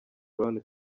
brown